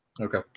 Okay